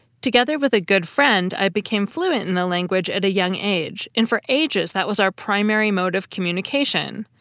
together with a good friend, i became fluent in the language at a young age, and for ages, that was our primary mode of communication,